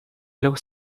looked